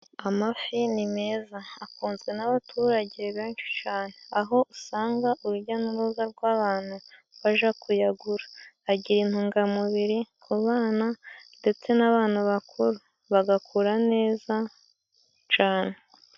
Amafi ni meza akunzwe n'abaturage benshi cane, aho usanga urujya n'uruza rw'abantu baja kuyagura, agira intungamubiri ku bana ndetse n'abantu bakuru bagakura neza cane.